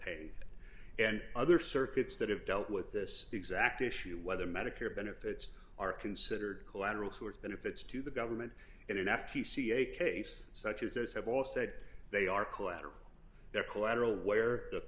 pay and other circuits that have dealt with this exact issue whether medicare benefits are considered collateral source benefits to the government in an f t c a case such as those have all said they are collateral their collateral where the